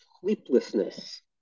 sleeplessness